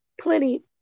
plenty